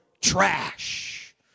trash